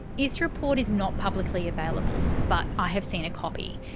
its report is not publicly available, but i have seen a copy.